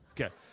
Okay